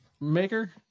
maker